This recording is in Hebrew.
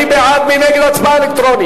חברת הכנסת מרינה סולודקין,